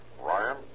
Ryan